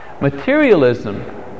Materialism